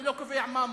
אני לא קובע מה,